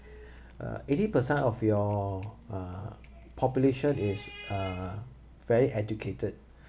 uh eighty percent of your uh population is uh fairly educated